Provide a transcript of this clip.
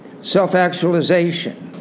self-actualization